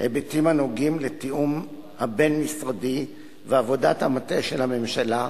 היבטים הנוגעים לתיאום הבין-משרדי ועבודת המטה של הממשלה,